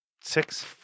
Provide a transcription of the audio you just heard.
six